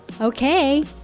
Okay